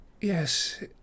yes